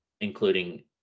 including